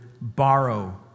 borrow